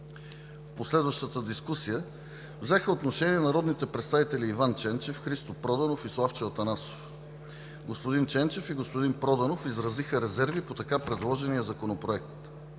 В последващата дискусия взеха отношение народните представители Иван Ченчев, Христо Проданов и Славчо Атанасов. Господин Ченчев и господин Проданов изразиха резерви по така предложения законопроект.